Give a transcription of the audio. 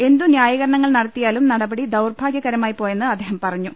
എന്തു ന്യായീകരണങ്ങൾ നടത്തിയാലും നടപടി ദൌർഭാഗൃകരമായി പോയെന്ന് അദ്ദേഹം പറഞ്ഞു